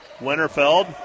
Winterfeld